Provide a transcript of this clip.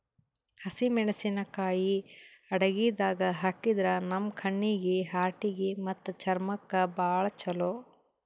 ಹಸಿಮೆಣಸಿಕಾಯಿ ಅಡಗಿದಾಗ್ ಹಾಕಿದ್ರ ನಮ್ ಕಣ್ಣೀಗಿ, ಹಾರ್ಟಿಗಿ ಮತ್ತ್ ಚರ್ಮಕ್ಕ್ ಭಾಳ್ ಛಲೋ